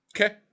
Okay